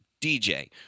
DJ